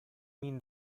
mean